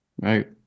Right